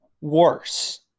worse